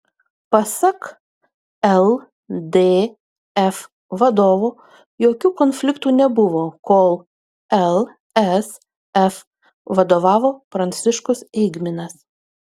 pasak ldf vadovo jokių konfliktų nebuvo kol lsf vadovavo pranciškus eigminas